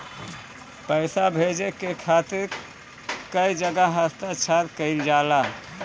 पैसा भेजे के खातिर कै जगह हस्ताक्षर कैइल जाला?